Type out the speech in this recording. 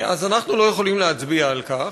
אז אנחנו לא יכולים להצביע על כך,